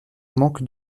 manque